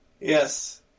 Yes